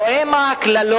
רואה את הקללות,